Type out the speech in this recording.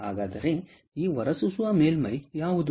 ಹಾಗಾದರೆ ಈ ಹೊರಸೂಸುವ ಮೇಲ್ಮೈ ಯಾವುದು